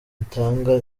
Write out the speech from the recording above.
itanga